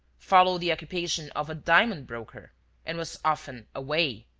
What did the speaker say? followed the occupation of a diamond-broker and was often away.